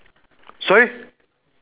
sorry